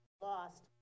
lost